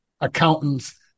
accountants